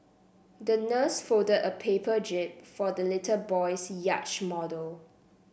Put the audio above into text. the nurse folded a paper jib for the little boy's yacht model